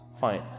fine